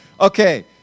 Okay